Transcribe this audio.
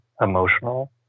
emotional